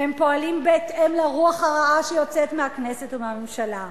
והם פועלים בהתאם לרוח הרעה שיוצאת מהכנסת ומהממשלה.